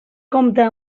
compta